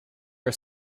are